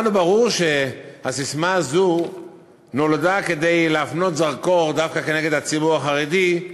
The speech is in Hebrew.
לנו ברור שהססמה הזאת נולדה כדי להפנות זרקור דווקא כנגד הציבור החרדי,